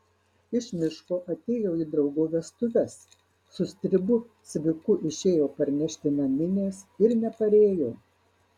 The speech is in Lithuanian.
iš miško atėjo į draugo vestuves su stribu cviku išėjo parnešti naminės ir neparėjo